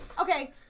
Okay